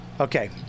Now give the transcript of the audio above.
Okay